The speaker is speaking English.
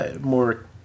more